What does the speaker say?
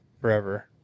forever